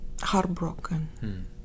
Heartbroken